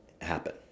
happen